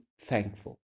thankful